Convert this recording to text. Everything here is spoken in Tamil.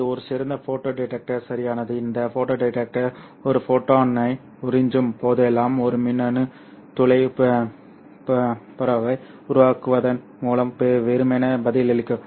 இது ஒரு சிறந்த ஃபோட்டோ டிடெக்டர் சரியானது இந்த ஃபோட்டோ டிடெக்டர் ஒரு ஃபோட்டானை உறிஞ்சும் போதெல்லாம் ஒரு மின்னணு துளை பரேவை உருவாக்குவதன் மூலம் வெறுமனே பதிலளிக்கும்